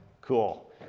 cool